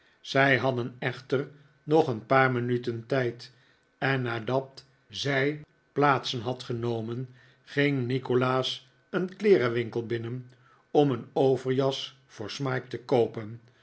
zij hadden echter nog een paar minuten tijd en nadat zij plaatsen hadden genomen ging nikolaas een kleerenwinkel binnen om een over j as voor smike te koopen